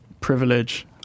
privilege